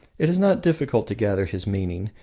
it is not difficult to gather his meaning.